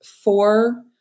four